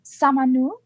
samanu